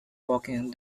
walking